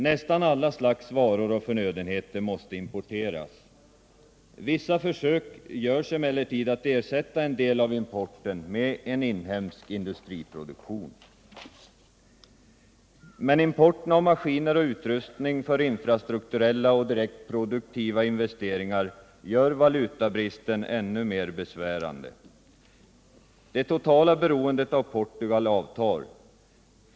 Nästan alla slags varor och förnödenheter måste importeras. Vissa försök görs emellertid att ersätta en del av importen med inhemsk industriproduktion. Men importen av maskiner och utrustning för infrastrukturella och direkt produktiva investeringar gör valutabristen ännu mer besvärande. Det totala beroendet av Portugal avtar.